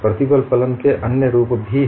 प्रतिबल फलन के अन्य रूप भी हैं